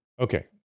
Okay